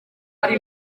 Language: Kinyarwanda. hari